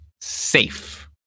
safe